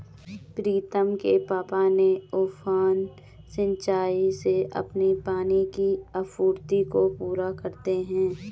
प्रीतम के पापा ने उफान सिंचाई से अपनी पानी की आपूर्ति को पूरा करते हैं